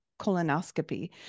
colonoscopy